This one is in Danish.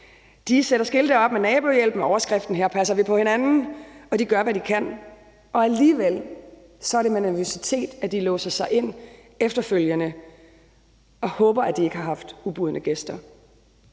De sætter skilte op med nabohjælp med overskriften: Her passer vi på hinanden. Og de gør, hvad de kan, og alligevel er det med nervøsitet, at de låser sig ind efterfølgende og håber, at de ikke har haft ubudne gæster.